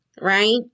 right